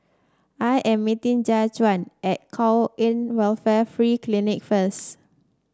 I am meeting Jajuan at Kwan In Welfare Free Clinic first